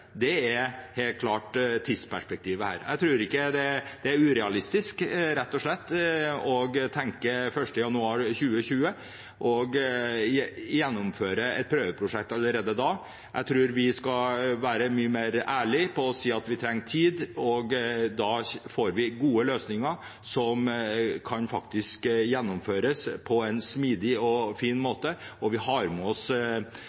SV, er helt klart tidsperspektivet. Jeg tror det rett og slett er urealistisk å tenke seg 1. januar 2020, og å gjennomføre et prøveprosjekt allerede innen det. Jeg tror vi skal være mye mer ærlig og si at vi trenger tid. Da får vi gode løsninger som faktisk kan gjennomføres på en smidig og fin måte. Vi får med oss